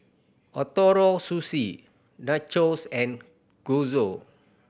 Ootoro Sushi Nachos and